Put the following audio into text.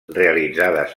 realitzades